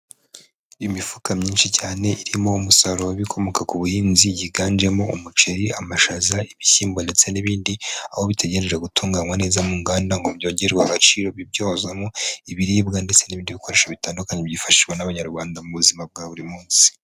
Imifuka myinshi cyane irimo umusaruro w'ibikomoka ku buhinzi yiganjemo umuceri, amashaza ibishyimbo ndetse n'ibindi aho bitegereje gutunganywa neza mu nganda ngo byongerwe agaciro bibyozwamo ibiribwa ndetse n'ibindi bikoresho bitandukanye byifashishwa n'abanyarwanda mu buzima bwa buri munsi.